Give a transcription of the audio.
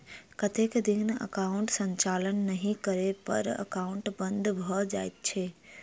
कतेक दिन एकाउंटक संचालन नहि करै पर एकाउन्ट बन्द भऽ जाइत छैक?